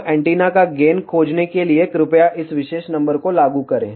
तो एंटीना का गेन खोजने के लिए कृपया इस विशेष नंबर को लागू करें